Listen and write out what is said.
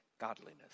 godliness